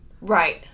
Right